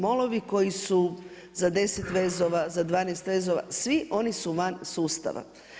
Molovi koji su za 10 vezova, za 12 vezova, svi oni su van sustava.